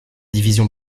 division